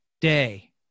day